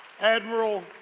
Admiral